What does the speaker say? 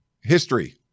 history